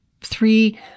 three